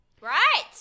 Right